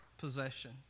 possession